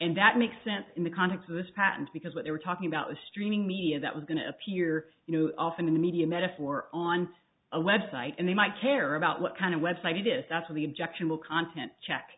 and that makes sense in the context of this patent because what they were talking about was streaming media that was going to appear you know often in the media metaphor on a website and they might care about what kind of website it is that's of the objectionable content check